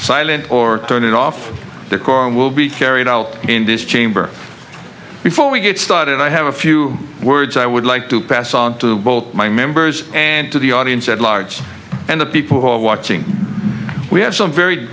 silent or turn it off the car will be carried out in this chamber before we get started i have a few words i would like to pass on to both my members and to the audience at large and the people who are watching we have some very